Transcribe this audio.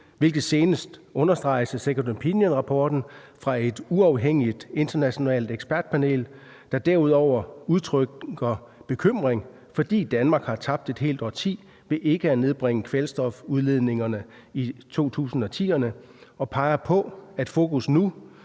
hvilket senest understreges af second opinion-rapporten fra et uafhængigt internationalt ekspertpanel, der herudover udtrykker bekymring, fordi Danmark har tabt et helt årti ved ikke at nedbringe kvælstofudledningerne i 2010-erne, og peger på, at fokus nu